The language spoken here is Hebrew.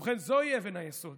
ובכן, זוהי אבן היסוד